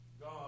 God